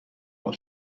حال